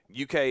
UK